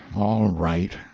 all right,